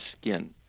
skin